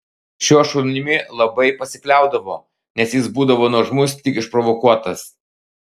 šiuo šunimi labai pasikliaudavo nes jis būdavo nuožmus tik išprovokuotas